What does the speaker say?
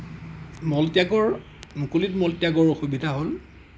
মলত্যাগৰ মুকলিত মলত্যাগৰ অসুবিধা হ'ল